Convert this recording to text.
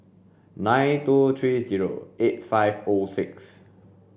nine two three zero eight five O six